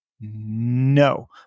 No